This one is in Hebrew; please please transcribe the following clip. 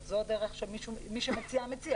זו הדרך שמי שמציע, מציע.